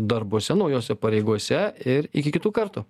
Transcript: darbuose naujose pareigose ir iki kitų kartų